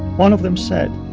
one of them said,